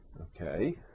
okay